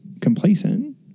complacent